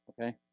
Okay